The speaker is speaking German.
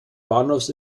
bahnhofs